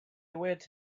went